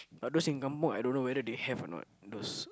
but those in kampung I don't know whether they have or not those